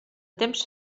temps